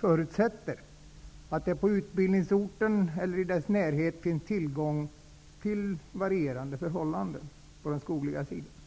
förutsätter emellertid att det på utbildningsorten, eller i dess närhet, finns tillgång till varierande förhållanden på den skogliga sidan.